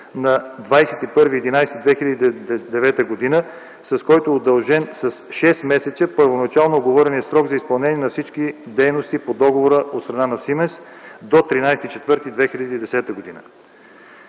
на 21.11.2009 г., с който е удължен с шест месеца първоначално уговореният срок за изпълнение на всички дейности по договора от страна на „Сименс” до 13.04.2010 г.